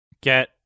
Get